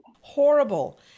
Horrible